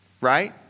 right